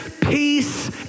peace